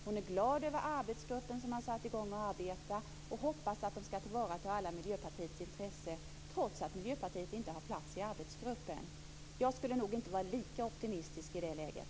Hon är glad över arbetsgruppen, som har satt i gång med att arbeta, och hon hoppas att den skall tillvarata alla Miljöpartiets intressen, trots att Miljöpartiet inte har någon plats i arbetsgruppen. Jag skulle nog inte vara lika optimistisk i det läget.